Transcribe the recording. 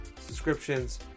subscriptions